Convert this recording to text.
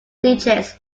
digits